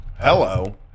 hello